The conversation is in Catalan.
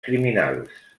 criminals